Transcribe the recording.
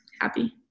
happy